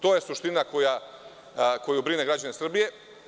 To je suština koja brine građane Srbije.